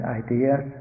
ideas